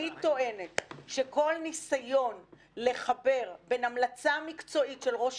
וגם פה אנחנו לא מתבקשים בכלל לפנות לפרקליטות המדינה ולפתוח